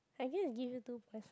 I need to give you two first